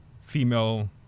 female